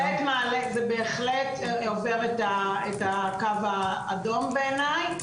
זה בהחלט עובר את הקו האדום, בעיניי.